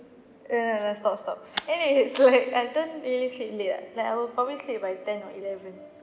ya let's stop stop and it's like I don't really sleep late ah like I will probably sleep by ten or eleven